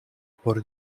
por